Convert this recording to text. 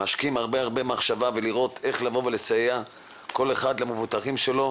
משקיעים הרבה מחשבה לראות איך לבוא ולסייע כל אחד למבוטחים שלו,